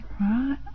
Right